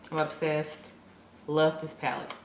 i'm obsessed love this palette.